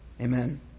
Amen